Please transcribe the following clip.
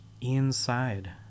inside